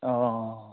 অঁ